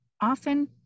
often